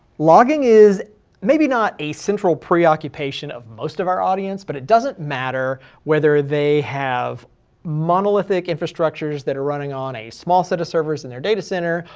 logging is maybe not a central preoccupation of most of our audience, but it doesn't matter whether they have monolithic infrastructures that are running on a small set of servers in their data center,